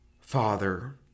Father